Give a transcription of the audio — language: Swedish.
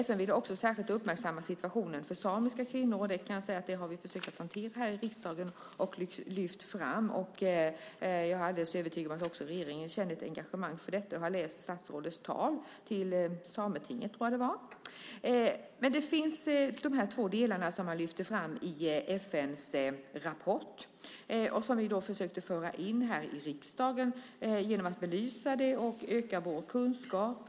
FN ville också särskilt uppmärksamma situationen för samiska kvinnor, och det kan jag säga att vi har försökt att hantera och lyfta fram här i riksdagen. Jag är alldeles övertygad om att också regeringen känner engagemang för detta. Jag har läst statsrådets tal till Sametinget, tror jag det var. De två delar man lyfte fram i FN:s rapport försökte vi föra in i riksdagen genom att belysa detta och öka vår kunskap.